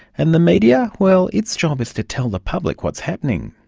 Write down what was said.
and the media? well, its job is to tell the public what's happening.